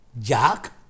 Jack